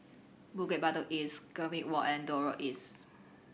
Bukit Batok East Gambir Walk and Dock Road East